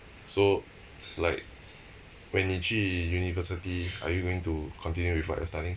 so like when 你去 university are you going to continue with what you are studying